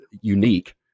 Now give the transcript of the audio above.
unique